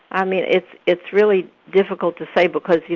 i mean it's it's really difficult to say because, you